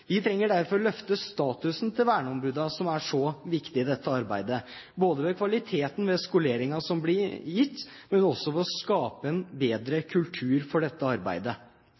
Vi trenger derfor å løfte statusen til verneombudene, som er så viktige i dette arbeidet, både ved kvaliteten på skoleringen som blir gitt, og også ved å skape en bedre kultur for dette arbeidet.